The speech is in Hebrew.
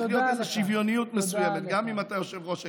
צריכה להיות איזו שוויוניות מסוימת גם אם אתה יושב-ראש הישיבה.